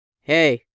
Hey